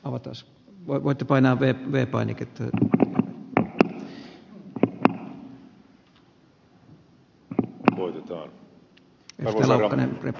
alatas on voitu painaa vei vepanic arvoisa herra puhemies